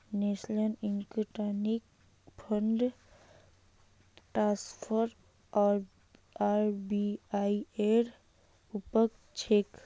national electronic fund transfer RBI ऐर उपक्रम छेक